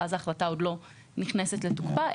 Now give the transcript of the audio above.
ואז ההחלטה עוד לא נכנסת לתוקפה,